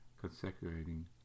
consecrating